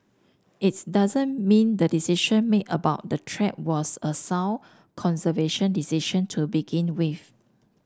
it's doesn't mean the decision made about the track was a sound conservation decision to begin with